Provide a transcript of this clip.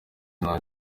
nta